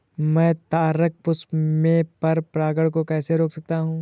मैं तारक पुष्प में पर परागण को कैसे रोक सकता हूँ?